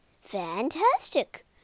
Fantastic